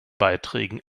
beiträgen